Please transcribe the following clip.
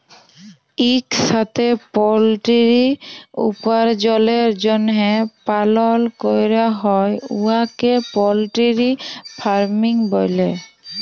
ইকসাথে পলটিরি উপার্জলের জ্যনহে পালল ক্যরা হ্যয় উয়াকে পলটিরি ফার্মিং ব্যলে